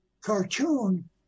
cartoon